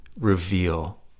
reveal